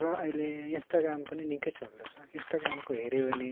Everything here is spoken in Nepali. र अहिले इन्स्टाग्राम पनि निक्कै चल्दैछ इन्स्टाग्रामको हेऱ्यो भने